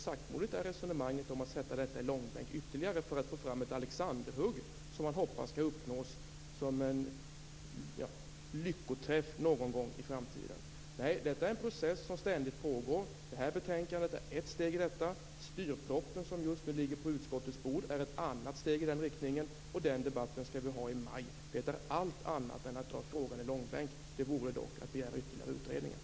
Saktmodigt är resonemanget om att dra detta i långbänk ytterligare för att få fram ett alexandershugg som man hoppas skall leda till en lyckoträff någon gång i framtiden. Detta är en process som ständigt pågår. Detta betänkande är ett steg i detta. Styrpropositionen, som just nu ligger på utskottets bord, är ett annat steg i den riktningen. Debatten om denna skall vi ha i maj. Det är allt annat än att dra frågan i långbänk. Det vore det dock att begära ytterligare utredningar.